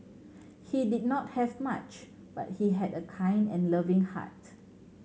he did not have much but he had a kind and loving heart